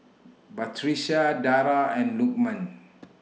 Batrisya Dara and Lukman